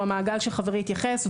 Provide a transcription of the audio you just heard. או המעגל שחברי התייחס אליו,